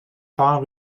far